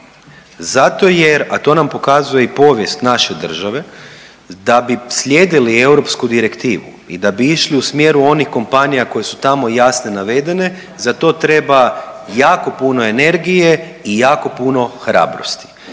Zato jer, a to nam pokazuje i povijest naše države, da bi slijedili europsku direktivu i da bi išli u smjeru onih kompanija koje su tamo jasno navedene, za to treba jako puno energije i jako puno hrabrosti.